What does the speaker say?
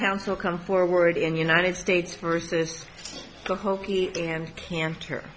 counsel come forward in united states versus the hope and can